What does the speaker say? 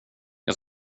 jag